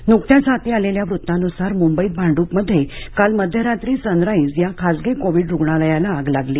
आग नुकत्याच हाती आलेल्या वृत्तानुसार मुंबईत भांडूपमध्ये काल मध्यरात्री सनराईज या खासगी कोविड रुग्णालयाला आग लागली